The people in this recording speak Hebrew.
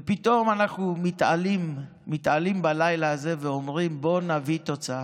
ופתאום אנחנו מתעלים בלילה הזה ואומרים: בואו נביא תוצאה.